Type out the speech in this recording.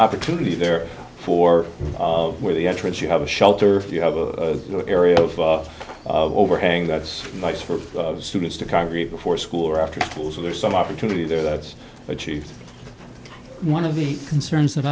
opportunity there for where the entrance you have a shelter if you have a good area of overhang that's nice for students to congregate before school or after school so there's some opportunity there that's achieved one of the concerns that